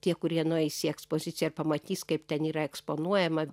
tie kurie nueis į ekspoziciją ir pamatys kaip ten yra eksponuojama